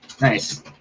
Nice